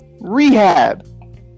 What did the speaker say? Rehab